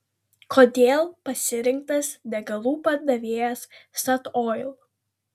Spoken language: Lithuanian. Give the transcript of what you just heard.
kodėl pasirinktas degalų pardavėjas statoil